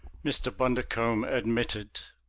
mr. bundercombe admitted.